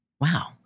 Wow